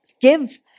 give